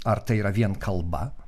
ar tai yra vien kalba